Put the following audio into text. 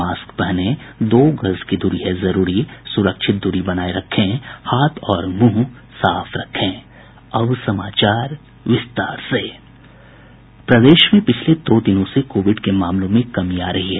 mask पहनें दो गज दूरी है जरूरी सुरक्षित दूरी बनाये रखें हाथ और मुंह साफ रखें प्रदेश में पिछले दो दिनों से कोविड के मामलों में कमी आ रही है